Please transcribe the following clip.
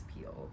peeled